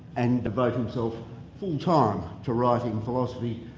and devote himself full time to writing philosophy,